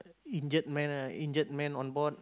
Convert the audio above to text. injured man ah injured man on board